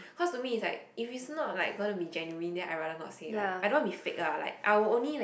cause to me is like if is not like gonna to be genuine then I rather no say like I don't want to be fake lah I will only like